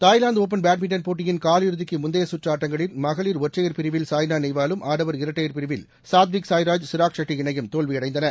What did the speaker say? தாய்லாந்துடுப்பன் badminton போட்டியின் காலிறுதிக்குமுந்தையசுற்றுஆட்டங்களில் மகளிர் ஒற்றையா் பிரிவில் சாய்னாநேவாலும் ஆடவா் இரட்டையா் பிரிவில் சாத்விக் சாய்ராஜ் சிராக் ஷெட்டி இணையும் தோல்வியடைந்தன